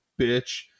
bitch